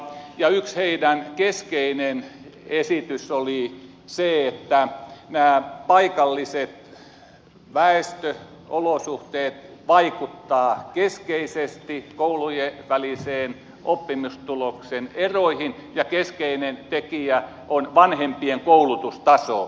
yksi heidän keskeinen esityksensä oli se että nämä paikalliset väestöolosuhteet vaikuttavat keskeisesti koulujen välisiin oppimistulosten eroihin ja keskeinen tekijä on vanhempien koulutustaso